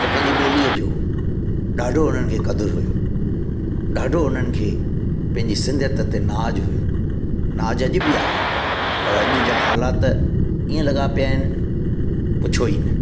त पंहिंजी ॿोलीअ जो ॾाढो उन्हनि खे क़दुरु हुओ ॾाढो उन्हनि खे पंहिंजी सिंधयति ते नाज़ हुओ नाज़ अॼु बि आहे पर अॼु जा हालात ईअं लॻा पिया आहिनि पुछो ई न